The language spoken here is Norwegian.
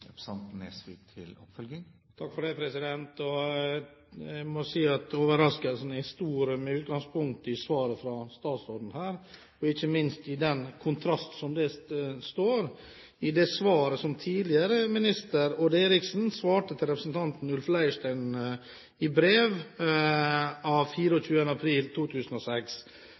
Jeg må si at overraskelsen er stor over svaret fra statsråden her, og ikke minst over kontrasten til svaret som tidligere minister Odd Eriksen ga Ulf Leirstein i brev av 24. april 2006,